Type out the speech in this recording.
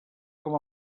com